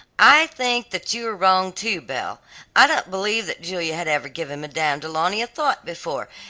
i think that you are wrong, too, belle i don't believe that julia had ever given madame du launy a thought before,